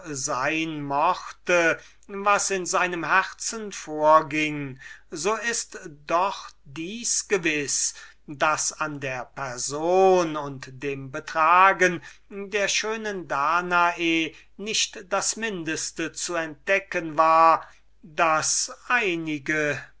sein mochte was in seinem herzen vorging so ist doch dieses gewiß daß an der person und dem betragen der schönen danae nicht das mindeste zu entdecken war das einige